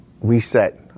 reset